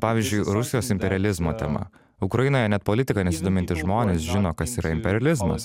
pavyzdžiui rusijos imperializmo tema ukrainoje net politika nesidomintys žmonės žino kas yra imperializmas